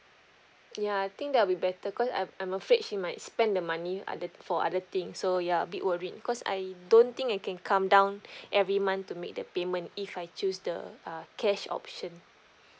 ya I think that'll be better cause I I'm afraid she might spend the money other for other things so ya a bit worried cause I don't think I can come down every month to make the payment if I choose the uh cash option